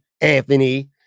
Anthony